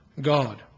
God